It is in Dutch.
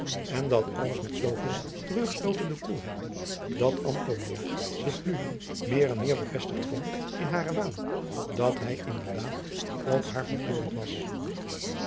en dat alles met zooveel terugstootende koelheid dat antonia zich nu meer en meer bevestigd vond in haren waan dat hij inderdaad op haar vertoornd was